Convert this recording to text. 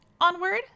onward